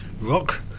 rock